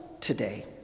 today